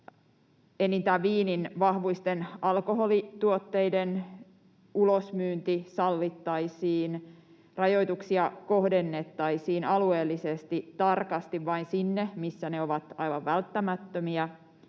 enintään viinin vahvuisten alkoholituotteiden ulosmyynti sallittaisiin ja rajoituksia kohdennettaisiin alueellisesti tarkasti vain sinne, missä ne ovat aivan välttämättömiä.